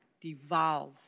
devolve